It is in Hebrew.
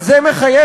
אבל זה מחייב,